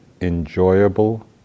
enjoyable